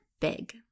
big